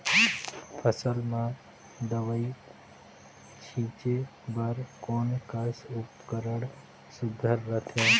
फसल म दव ई छीचे बर कोन कस उपकरण सुघ्घर रथे?